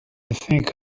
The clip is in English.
think